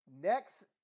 Next